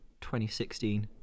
2016